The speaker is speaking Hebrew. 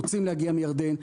רוצים להגיע מירדן.